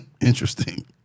interesting